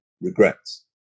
regrets